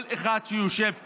כל אחד שיושב כאן: